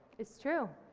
it's true.